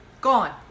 Gone